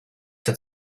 have